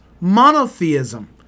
monotheism